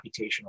computational